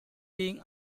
being